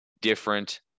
different